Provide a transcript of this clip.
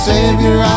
Savior